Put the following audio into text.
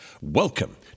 Welcome